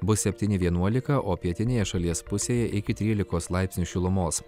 bus septyni vienuolika o pietinėje šalies pusėje iki trylikos laipsnių šilumos